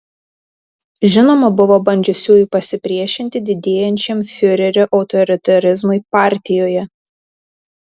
žinoma buvo bandžiusiųjų pasipriešinti didėjančiam fiurerio autoritarizmui partijoje